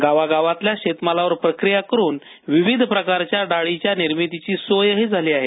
गावागावातल्या शेतमालावर प्रक्रिया करून विविध प्रकारच्या डाळीच्या निर्मितीची सोयही झाली आहे